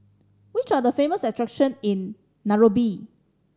which are the famous attraction in Nairobi